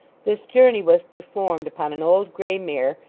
this journey was performed upon an old grey mare,